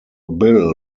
bill